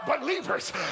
believers